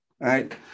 Right